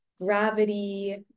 gravity